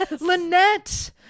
Lynette